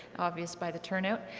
obvious by the turnout.